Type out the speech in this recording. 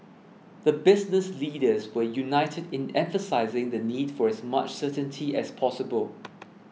the business leaders were united in emphasising the need for as much certainty as possible